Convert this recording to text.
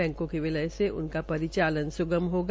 बैंको के विलय से उनका परिचालन सुगम होगा